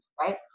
right